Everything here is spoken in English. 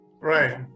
Right